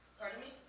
pardon me?